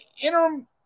interim